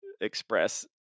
express